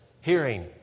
hearing